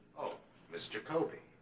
oh miss jacobi,